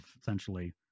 essentially